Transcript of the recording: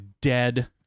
dead